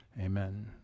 Amen